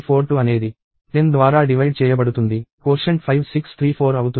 56342 అనేది 10 ద్వారా డివైడ్ చేయబడుతుంది కోషెంట్ 5634 అవుతుంది